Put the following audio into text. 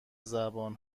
زبان